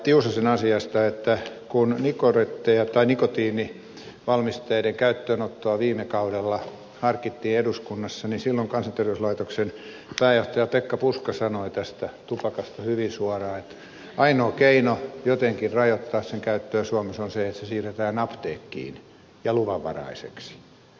tiusasen asiasta että kun nikotiinivalmisteiden käyttöönottoa viime kaudella harkittiin eduskunnassa niin silloin kansanterveyslaitoksen pääjohtaja pekka puska sanoi tästä tupakasta hyvin suoraan että ainoa keino jotenkin rajoittaa sen käyttöä suomessa on se että se siirretään apteekkiin ja luvanvaraiseksi